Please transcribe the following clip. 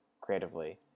creatively